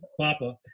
papa